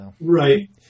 Right